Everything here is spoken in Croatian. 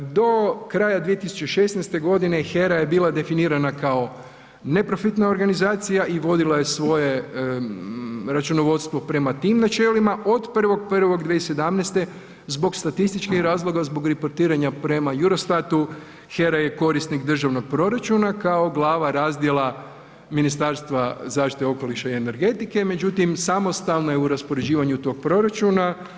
Do kraja 2016. g. HERA je bila definirana kao neprofitna organizacija i vodila je svoje računovodstvo prema tim načelima od 1.1.2017. zbog statističkih razloga zbog reportiranja prema EUROSTAT-u, HERA je korisnik Državnog proračuna kao glava razdjela Ministarstva zaštite okoliša i energetike, međutim samostalna je u raspoređivanju tog proračuna.